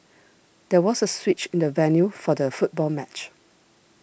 there was a switch in the venue for the football match